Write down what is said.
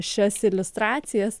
šias iliustracijas